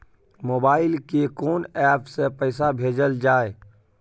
Mobile के कोन app से पैसा भेजल जाए?